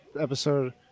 episode